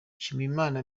nshimiyimana